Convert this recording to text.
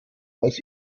als